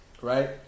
Right